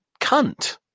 cunt